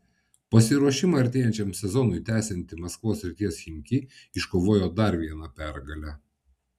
pasiruošimą artėjančiam sezonui tęsianti maskvos srities chimki iškovojo dar vieną pergalę